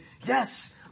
yes